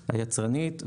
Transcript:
היצרנית,